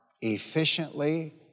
efficiently